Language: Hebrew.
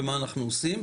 ומה אנחנו עושים,